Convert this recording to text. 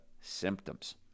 symptoms